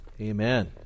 Amen